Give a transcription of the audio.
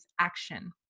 action